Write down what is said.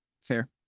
fair